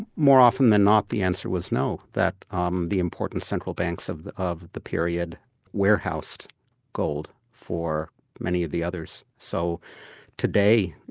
more often than not, the answer was no. but um the important central banks of the of the period warehoused gold for many of the others. so today,